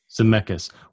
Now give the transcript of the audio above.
Zemeckis